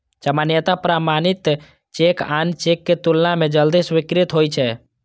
सामान्यतः प्रमाणित चेक आन चेक के तुलना मे जल्दी स्वीकृत होइ छै